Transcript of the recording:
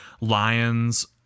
lions